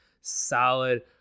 solid